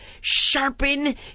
sharpen